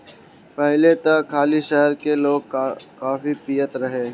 पहिले त खाली शहर के लोगे काफी पियत रहे